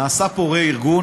נעשה פה רה-ארגון,